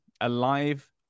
alive